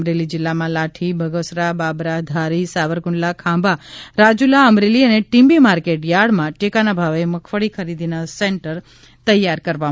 અમરેલી જીલ્લામાં લાઠી બગસરા બાબરા ધારી સાવરકુંડલા ખાંભા રાજુલા અમરેલી અને ટીંબી માર્કેટયાર્ડમાં ટેકાના ભાવે મગફળી ખરીદીના સેન્ટર તૈયાર કરવામાં આવ્યા છે